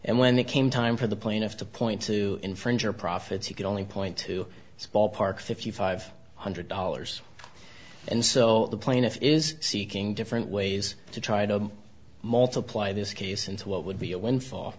and when it came time for the plaintiff to point to infringer profits you can only point to ballpark fifty five hundred dollars and so the plaintiff is seeking different ways to try to multiply this case into what would be a windfall